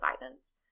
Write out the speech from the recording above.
violence